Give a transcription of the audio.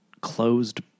closed